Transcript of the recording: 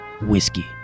Whiskey